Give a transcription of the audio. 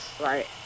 Right